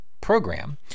program